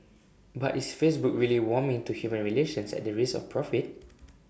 but is Facebook really warming to human relations at the risk of profit